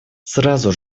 сразу